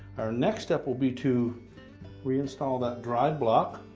our next step will be to reinstall that drive block.